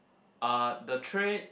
uh the tray